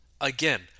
Again